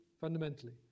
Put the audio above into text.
fundamentally